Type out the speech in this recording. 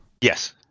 yes